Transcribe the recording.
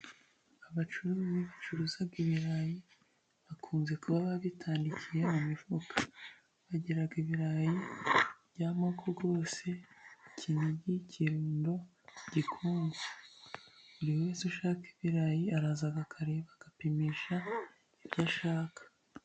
Abacuruzi bacuruza ibirayi bakunze kuba bitandikiye mu mifuka, bagira ibirayi by'amoko ikininigi, ikirundo, gikonko. Buri wese ushaka ibirayi araza akakareba agapimisha ibyo ashaka.